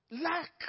lack